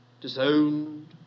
disowned